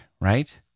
right